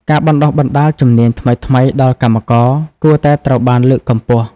ការបណ្តុះបណ្តាលជំនាញថ្មីៗដល់កម្មករគួរតែត្រូវបានលើកកម្ពស់។